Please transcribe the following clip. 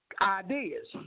Ideas